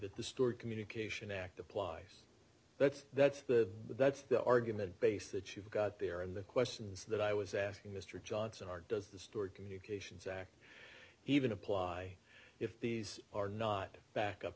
that the story communication act applies but that's the that's the argument base that you've got there in the questions that i was asking mr johnson are does the story communications act even apply if these are not back up